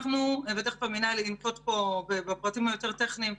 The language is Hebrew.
ותיכף המינהל ינקוב פה בפרטים היותר טכניים,